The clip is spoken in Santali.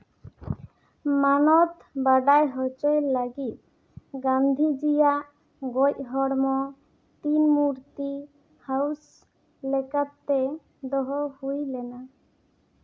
ᱢᱟᱱᱚᱛ ᱵᱟᱰᱟᱭ ᱦᱚᱪᱚᱭ ᱞᱟᱹᱜᱤᱫ ᱜᱟᱱᱫᱷᱤᱡᱤᱭᱟᱜ ᱜᱚᱡ ᱦᱚᱲᱢᱚ ᱛᱤᱱ ᱢᱩᱨᱛᱤ ᱦᱟᱣᱩᱥ ᱞᱮᱠᱟᱛᱮ ᱫᱚᱦᱚ ᱦᱩᱭ ᱞᱮᱱᱟ